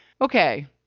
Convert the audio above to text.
okay